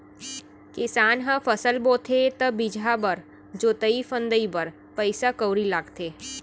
किसान ह फसल बोथे त बीजहा बर, जोतई फंदई बर पइसा कउड़ी लगाथे